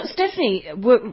Stephanie